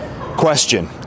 Question